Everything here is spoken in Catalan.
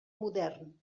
modern